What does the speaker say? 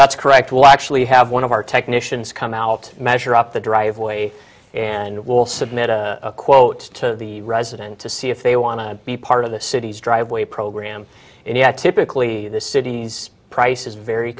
that's correct we'll actually have one of our technicians come out measure up the driveway and will submit a quote to the resident to see if they want to be part of the city's driveway program and yet typically the city's price is very